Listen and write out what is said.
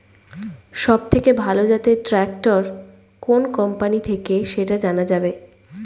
সবথেকে ভালো জাতের ট্রাক্টর কোন কোম্পানি থেকে সেটা জানা যাবে?